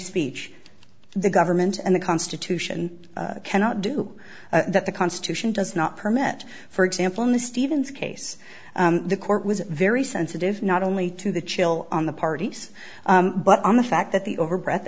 speech the government and the constitution cannot do that the constitution does not permit for example in the stevens case the court was very sensitive not only to the chill on the parties but on the fact that the over breath